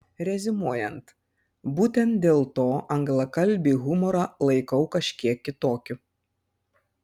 reziumuojant būtent dėl to anglakalbį humorą laikau kažkiek kitokiu